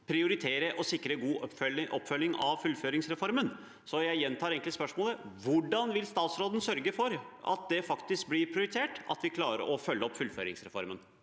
prioritere og sikre god oppfølging av fullføringsreformen? Jeg gjentar spørsmålet: Hvordan vil statsråden sørge for at det fakt isk blir prioritert at vi klarer å følge opp fullføringsreformen?